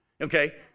Okay